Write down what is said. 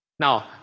Now